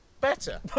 Better